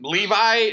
Levi